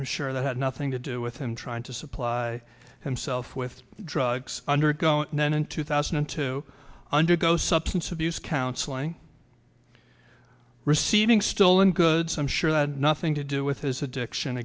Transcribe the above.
i'm sure that had nothing to do with him trying to supply them self with drugs undergoing and then in two thousand and two undergo substance abuse counseling receiving stolen goods i'm sure that nothing to do with his addiction